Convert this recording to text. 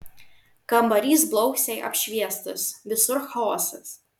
kambarys blausiai apšviestas visur chaosas